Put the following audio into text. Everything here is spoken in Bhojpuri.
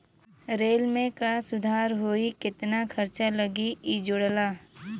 रेल में का सुधार होई केतना खर्चा लगी इ जोड़ला